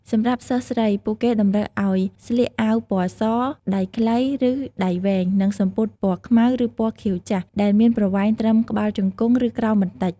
សម្រាប់សិស្សស្រី ពួកគេតម្រូវឲ្យស្លៀកអាវពណ៌ស ដៃខ្លី ឬដៃវែង និងសំពត់ពណ៌ខ្មៅ ឬពណ៌ខៀវចាស់ ដែលមានប្រវែងត្រឹមក្បាលជង្គង់ ឬក្រោមបន្តិច។